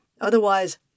otherwise